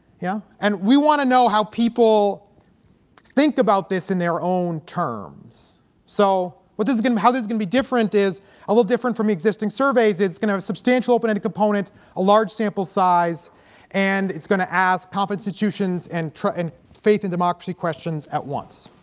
yeah and we want to know how people think about this in their own terms so what this is gonna be how this is gonna be different is a little different from existing surveys it's gonna substantial open any component a large sample size and it's going to ask comp institutions and ah and faith in democracy questions at once.